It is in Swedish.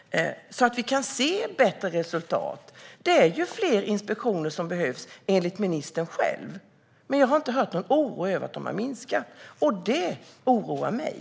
Vi behöver ju se bättre resultat. Det är fler inspektioner som behövs, enligt ministern själv, men jag har inte hört någon oro uttryckas över att de har minskat. Det oroar mig.